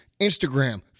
Instagram